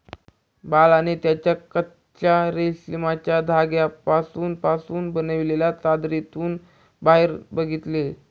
बाळाने त्याच्या कच्चा रेशमाच्या धाग्यांपासून पासून बनलेल्या चादरीतून बाहेर बघितले